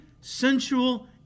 sensual